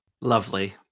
Lovely